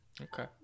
okay